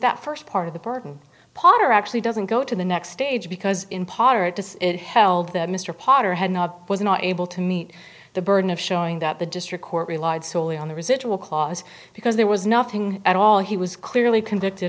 that first part of the burden potter actually doesn't go to the next stage because in part as it held that mr potter had not was not able to meet the burden of showing that the district court relied solely on the residual clause because there was nothing at all he was clearly convicted